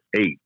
eight